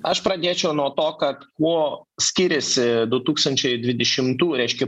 aš pradėčiau nuo to kad kuo skiriasi du tūkstančiai dvidešimtų reiškia